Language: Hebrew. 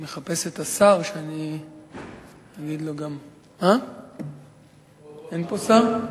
אני מחפש את השר, שאני אגיד לו גם, אין פה שר?